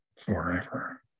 forever